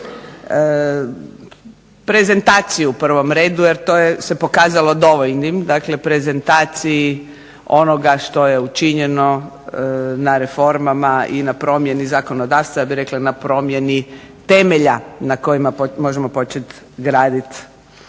prezentaciju u prvom radu jer se to pokazalo dovoljnim dakle prezentaciji onoga što je učinjeno na reformama i na promjeni zakonodavstva, ja bih rekla i na promjeni temelja na kojima možemo početi graditi